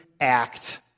act